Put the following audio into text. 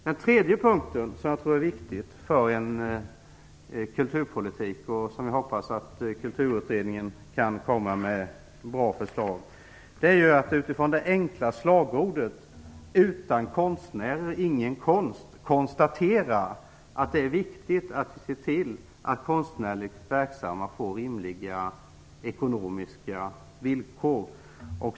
Den tredje punkten som är viktig för en kulturpolitik, och där jag hoppas att Kulturutredningen kan komma med bra förslag, är att utifrån det enkla slagordet "Utan konstnärer ingen konst" konstatera att det är viktigt att se till att konstnärligt verksamma får rimliga ekonomiska villkor.